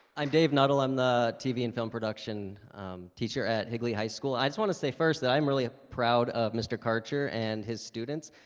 i'm dave nuttall i'm the tv and film production teacher at higley high school i just want to say first that i'm really proud of mr. karcher and his students.